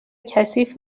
کثیف